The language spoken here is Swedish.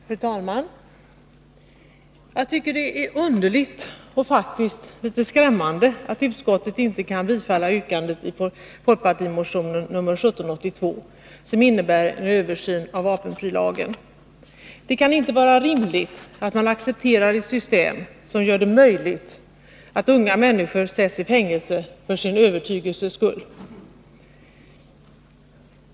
Fru talman! Jag tycker att det är underligt och faktiskt litet skrämmande att utskottet inte kunde tillstyrka yrkandet i folkpartimotionen nr 1782, som går ut på en översyn av vapenfrilagen. Det kan inte vara rimligt att man accepterar ett system som gör det möjligt att sätta unga människor i fängelse för deras övertygelses skull.